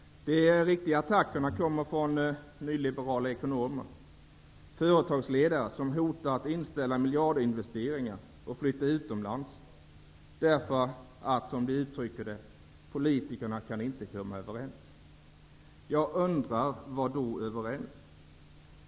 De riktiga attackerna kommer från nyliberala ekonomer och företagsledare som hotar att inställa miljardinvesteringar och flytta utomlands därför att, som de uttrycker det, politikerna inte kan komma överens. Jag undrar vad man menar med ''överens''.